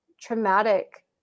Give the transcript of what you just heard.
traumatic